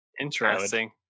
Interesting